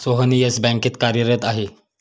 सोहन येस बँकेत कार्यरत आहे